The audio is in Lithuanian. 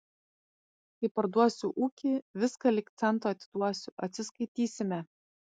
kai parduosiu ūkį viską lyg cento atiduosiu atsiskaitysime